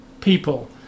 people